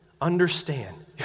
understand